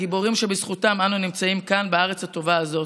הגיבורים שבזכותם אנו נמצאים כאן בארץ הטובה הזאת,